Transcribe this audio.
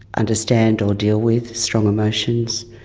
understand or deal with, strong emotions.